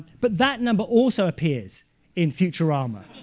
but that number also appears in futurama.